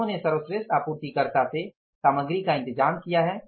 उन्होंने सर्वश्रेष्ठ आपूर्तिकर्ता से सामग्री का इंतजाम किया है